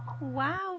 Wow